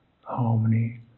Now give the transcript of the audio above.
harmony